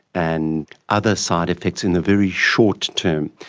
and other side effects in the very short term.